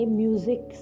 music